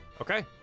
Okay